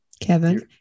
Kevin